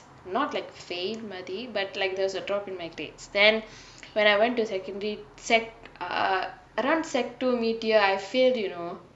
not like fail மாரி:maari but like there was a drop in grades then when I went to secondary secondary err around secondary two mid year I failed you know